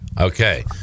Okay